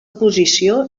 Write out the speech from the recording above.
posició